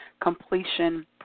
completion